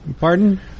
Pardon